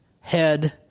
head